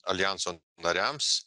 aljanso nariams